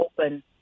open